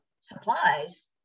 supplies